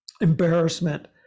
embarrassment